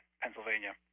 Pennsylvania